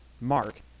Mark